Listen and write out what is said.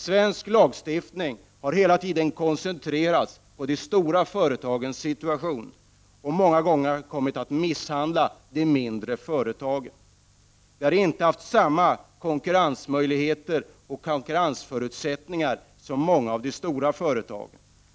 Svensk lagstiftning har hela tiden koncentrerats på de stora företagens situation, och den har många gånger kommit att misshandla de mindre företagen, som inte — Prot. 1989/90:45 haft samma konkurrensförutsättningar som många av de stora företagen.